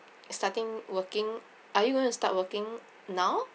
starting working are you going to start working now